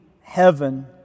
heaven